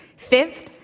fifth,